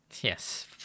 Yes